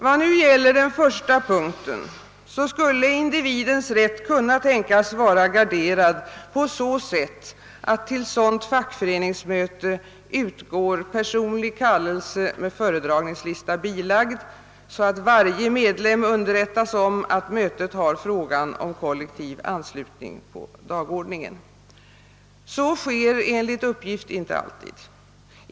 Vad nu gäller den första punkten skulle individens rätt kunna tänkas vara garderad på så sätt att till sådant fackföreningsmöte utgår personlig kallelse med föredragningslista bilagd så att varje medlem underrättas om att mötet har frågan om kollektiv anslutning på dagordningen. Så sker enligt uppgift inte alltid.